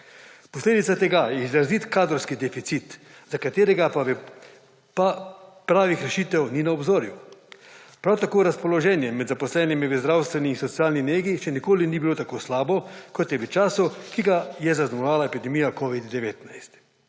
Posledica tega je izrazit kadrovski deficit, za katerega pa pravih rešitev ni na obzorju. Prav tako razpoloženje med zaposlenimi v zdravstveni in socialni negi še nikoli ni bilo tako slabo kot je v času, ki ga je zaznamovala epidemija Covid-19,